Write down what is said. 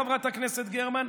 חברת הכנסת גרמן,